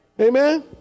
Amen